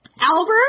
albert